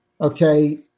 okay